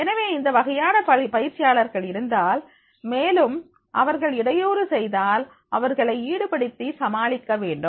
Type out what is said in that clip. எனவே இந்த வகையான பயிற்சியாளர்கள் இருந்தால் மேலும் அவர்கள் இடையூறு செய்தால் அவர்களை ஈடுபடுத்தி சமாளிக்க வேண்டும்